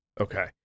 Okay